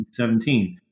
2017